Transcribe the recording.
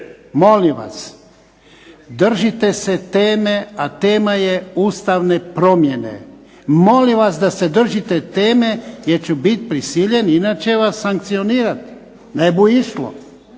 molim vas držite se teme, a tema je ustavne promjene. Molim vas da se držite teme jer ću biti prisiljen inače vas sankcionirati, ne bu išlo.